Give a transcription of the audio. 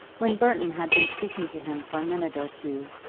when burton had been speaking to him for a minute or two,